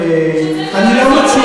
אני לא עוסק,